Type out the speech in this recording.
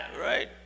right